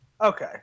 Okay